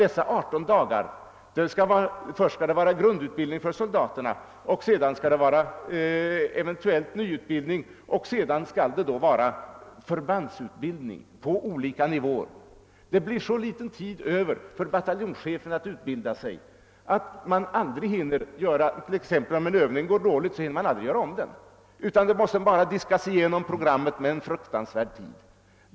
På 18 dagar skall först ges grundrepetition för soldaterna, sedan eventuellt omskolning och därpå förbandsutbildning på olika nivåer. Det blir så litet tid över för bataljonschefen att utbilda sig att han, om t.ex. en övning går dåligt, aldrig hinner göra om den. Pro grammet måste gås igenom i en fruktansvärd fart.